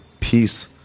peace